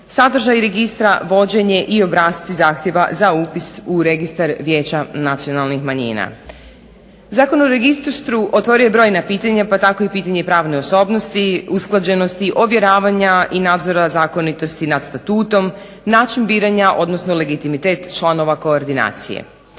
sadržaj registra, vođenje i obrasci zahtjeva za upis u registar vijeća nacionalnih manjina. Zakon o registru otvorio je brojna pitanja pa tko pitanje pravne osobnosti, usklađenosti, ovjeravanja i nadzora zakonitosti nad Statuom, način biranja odnosno legitimitet članova koordinacije.